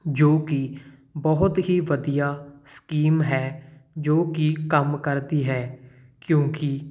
ਜੋ ਕਿ ਬਹੁਤ ਹੀ ਵਧੀਆ ਸਕੀਮ ਹੈ ਜੋ ਕਿ ਕੰਮ ਕਰਦੀ ਹੈ ਕਿਉਂਕਿ